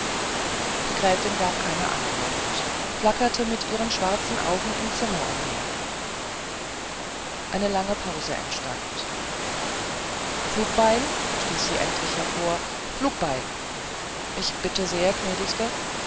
die gräfin gab keine antwort flackerte mit ihren schwarzen augen im zimmer umher eine lange pause entstand flugbeil stieß sie endlich hervor flugbeil ich bitte sehr gnädigste